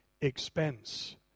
expense